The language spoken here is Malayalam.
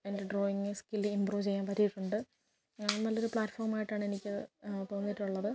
എൻ്റെ ഡ്രോയിങ് സ്കില്ല് ഇമ്പ്രൂവ് ചെയ്യാൻ പറ്റീട്ടുണ്ട് അത് നല്ലൊരു പ്ലാറ്റഫോമായിട്ടാണ് എനിക്കത് തോന്നിയിട്ടുള്ളത്